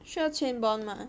需要签 bond 吗